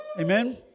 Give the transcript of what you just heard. Amen